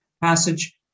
passage